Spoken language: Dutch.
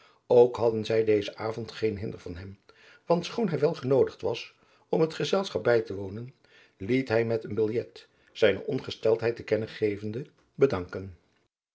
ook hadden zij dezen avond geen hinder van hem want schoon hij wel genoodigd was om het gezelschap bij te wonen liet hij met biljet zijne ongesteldheid te kennen gevende bedanken